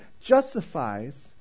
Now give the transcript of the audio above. justifies